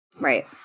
right